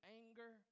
anger